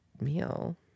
meal